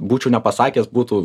būčiau nepasakęs būtų